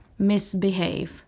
Misbehave